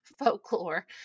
folklore